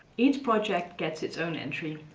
each project gets its own entry.